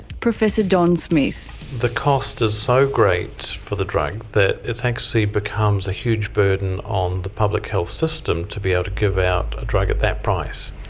don smith the cost is so great for the drug that it actually becomes a huge burden on the public health system to be able to give out a drug at that price.